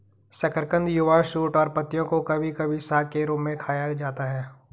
शकरकंद युवा शूट और पत्तियों को कभी कभी साग के रूप में खाया जाता है